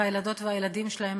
והילדות והילדים שלהם,